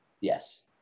Yes